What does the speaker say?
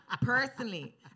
Personally